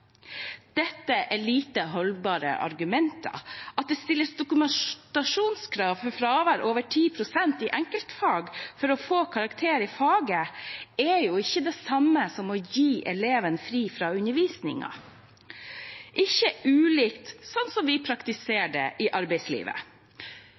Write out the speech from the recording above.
Dette er lite holdbare argumenter. At det stilles dokumentasjonskrav for fravær over 10 pst. i enkeltfag for å få karakter i faget, er ikke det samme som å gi elevene fri fra undervisningen. Ikke ulikt slik vi